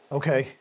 okay